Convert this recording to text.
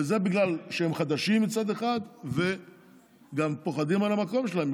וזה בגלל שהם חדשים מצד אחד וגם פוחדים על המקום שלהם,